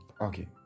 Okay